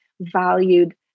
valued